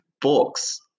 books